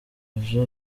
ejo